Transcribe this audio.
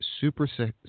super